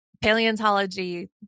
paleontology